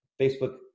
Facebook